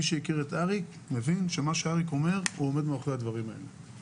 מי שמכיר את אריק מבין שאריק עומד מאחורי הדברים שהוא אומר.